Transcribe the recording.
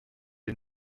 est